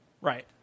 Right